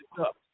up